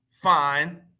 fine